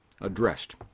addressed